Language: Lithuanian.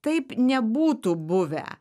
taip nebūtų buvę